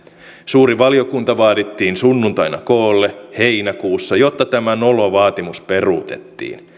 suuri valiokunta vaadittiin sunnuntaina koolle heinäkuussa jotta tämä nolo vaatimus peruutettiin